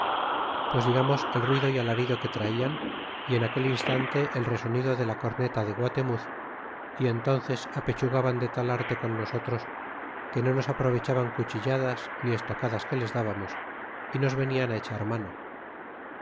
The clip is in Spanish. pues digamos el ruido y alarido que traian y en aquel instante el resonido de la corneta de guatemuz y entónces apechugaban de tal arte con nosotros que no nos aprovechaban cuchilladas ni estocadas que les dábamos y nos venian echar mano